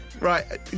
Right